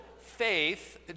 faith